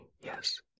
Yes